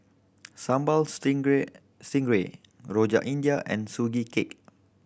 Sambal Stingray stingray Rojak India and Sugee Cake